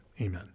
amen